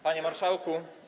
Panie Marszałku!